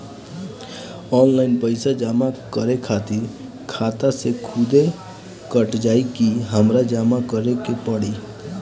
Online पैसा जमा करे खातिर खाता से खुदे कट जाई कि हमरा जमा करें के पड़ी?